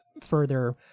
further